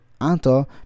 Anto